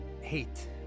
Hate